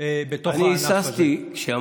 בתוך הענף הזה.